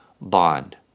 bond